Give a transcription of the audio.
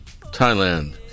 Thailand